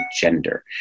gender